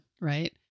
Right